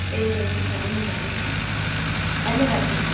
ए हुन्छ हुन्छ मिस हुन्छ धन्यवाद मिस